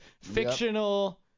fictional